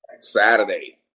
Saturday